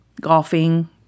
golfing